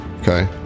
Okay